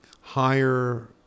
higher